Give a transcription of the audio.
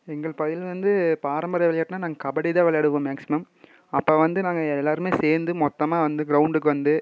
எங்கள் பகுதியில் வந்து பாரம்பரிய விளையாட்டுனால் நாங்கள் கபடி தான் விளையாடுவோம் மேக்சிமம் அப்போ வந்து நாங்கள் எல்லோருமே சேர்ந்து மொத்தமாக வந்து கிரௌண்டுக்கு வந்து